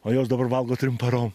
o jos dabar valgo trim parom